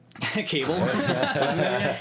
Cable